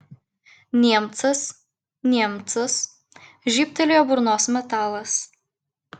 niemcas niemcas žybtelėjo burnos metalas